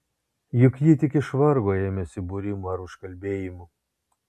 juk ji tik iš vargo ėmėsi būrimų ar užkalbėjimų